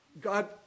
God